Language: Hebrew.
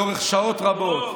לאורך שעות רבות,